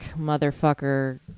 motherfucker